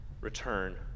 return